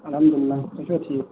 اَلحمدُللہ تُہۍ چھِوا ٹھیٖک